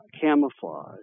camouflage